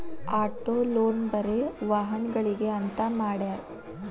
auto loan ಬರೆ ವಾಹನಗ್ಳಿಗೆ ಅಂತ್ ಮಾಡ್ಯಾರ